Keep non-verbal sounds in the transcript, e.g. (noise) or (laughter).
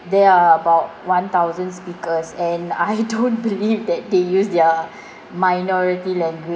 there are about one thousand speakers and I (laughs) don't believe that they use their (breath) minority language